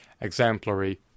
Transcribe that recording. exemplary